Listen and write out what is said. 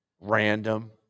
random